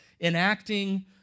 enacting